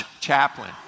Chaplain